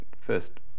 first